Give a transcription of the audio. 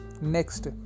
next